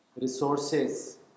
resources